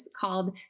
called